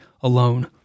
alone